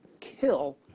kill